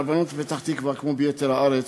הרבנות בפתח-תקווה, כמו ביתר הארץ,